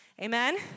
Amen